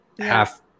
half